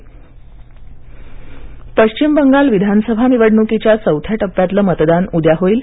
पश्चिम बंगाल निवडणक पश्चिम बंगाल विधानसभा निवडणुकीच्या चौथ्या टप्प्यातलं मतदान उद्या होईल